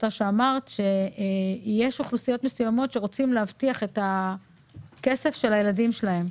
שיש אוכלוסיות מסוימות שרוצות להבטיח את הכסף של הילדים שלהן.